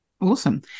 Awesome